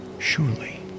Surely